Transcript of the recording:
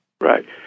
Right